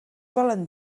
volen